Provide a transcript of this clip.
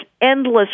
endless